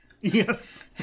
yes